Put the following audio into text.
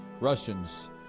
Russians